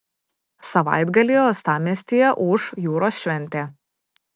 savaitgalį uostamiestyje ūš jūros šventė